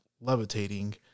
levitating